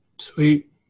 sweet